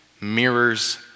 mirrors